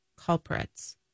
Culprits